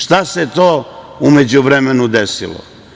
Šta se to u međuvremenu desilo?